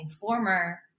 former